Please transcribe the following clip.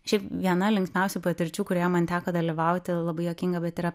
šiaip viena linksmiausių patirčių kurioje man teko dalyvauti labai juokinga bet yra